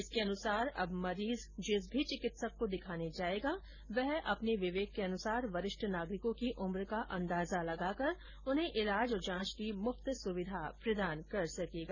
आदेश के अनुसार अब मरीज जिस भी चिकित्सक को दिखाने जाएगा वह अपने विवेक के अनुसार वरिष्ठ नागरिकों की उम्र का अंदाजा लगाकर उन्हें इलाज और जांच की मुफ्त सुविधा प्रदान कर सकेगा